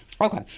Okay